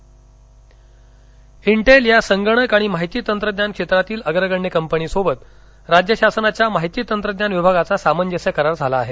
Intel सामंजस्य करार Intel या संगणक आणि माहिती तंत्रज्ञान क्षेत्रातील अग्रगण्य कंपनी समवेत राज्य शासनाच्या माहिती तंत्रज्ञान विभागाचा सामंजस्य करार झाला आहे